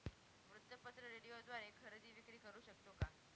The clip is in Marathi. वृत्तपत्र, रेडिओद्वारे खरेदी विक्री करु शकतो का?